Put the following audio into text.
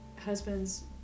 husband's